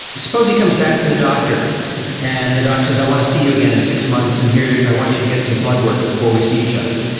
suppose he comes back from the doctor and the doctor says, i want to see you again in six months and i want you to get some blood work before we see each other.